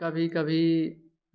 कभी कभी